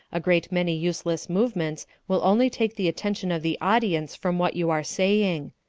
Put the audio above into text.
a great many useless movements will only take the attention of the audience from what you are saying.